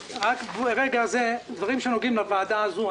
אלה דברים שנוגעים לוועדה הזו.